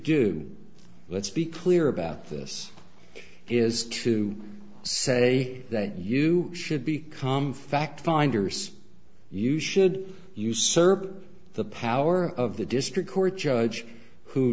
do let's be clear about this is to say that you should become fact finders you should you serve the power of the district court judge who